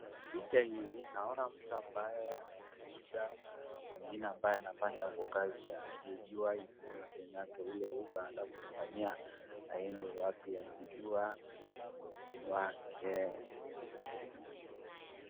Picha hii naona mtu ambaye anamuuliza mwingine ambaye anafanya huko kazi akiijua information yake ili kitu anataka kujifanyia aende wapi akijua information yake.